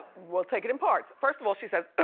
we'll take it in parts. first of all she says